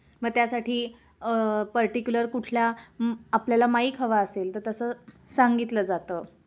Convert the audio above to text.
मग त्यासाठी पर्टिक्युलर कुठल्या आपल्याला माईक हवा असेल तर तसं सांगितलं जातं